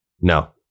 No